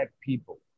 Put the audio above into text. people